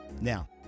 Now